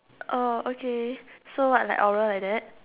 oh okay so what like oral like that